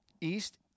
East